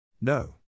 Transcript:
No